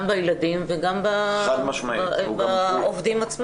גם בילדים וגם בעובדים עצמם.